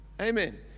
Amen